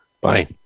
bye